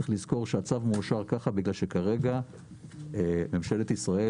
צריך לזכור שהצו מאושר ככה בגלל שכרגע שממשלת ישראל